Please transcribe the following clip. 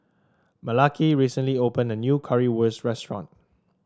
Malaki recently opened a new Currywurst restaurant